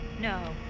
No